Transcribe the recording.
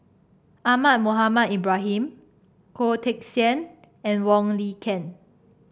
Ahmad Mohamed Ibrahim Goh Teck Sian and Wong Lin Ken